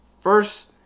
first